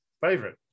favorite